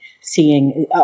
seeing